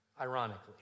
ironically